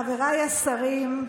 חבריי השרים,